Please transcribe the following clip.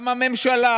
גם הממשלה,